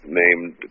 named